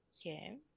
Okay